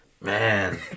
man